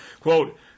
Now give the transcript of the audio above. Quote